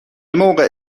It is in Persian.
موقع